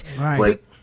right